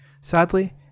Sadly